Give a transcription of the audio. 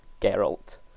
Geralt